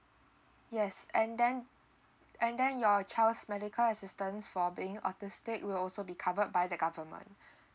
yes and then and then your child's medical assistance for being autistic will also be covered by the government